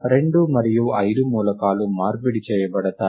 రెండు మరియు ఐదు మూలకాలు మార్పిడి చేయబడతాయి